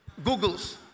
Googles